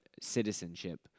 citizenship